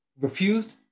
refused